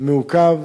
מעוכב